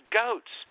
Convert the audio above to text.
goats